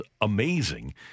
amazing